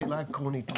שאלה עקרונית,